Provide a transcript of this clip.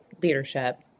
leadership